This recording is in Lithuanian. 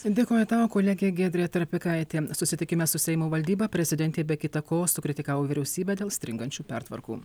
dėkoju tau kolegė giedrė trapikaitė susitikime su seimo valdyba prezidentė be kita ko sukritikavo vyriausybę dėl stringančių pertvarkų